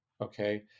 Okay